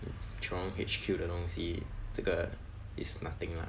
jurong H_Q 的东西这个 is nothing lah